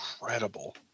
incredible